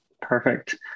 Perfect